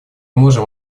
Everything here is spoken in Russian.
можем